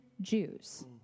Jews